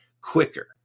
quicker